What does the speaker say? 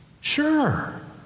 Sure